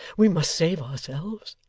we must save ourselves.